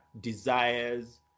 desires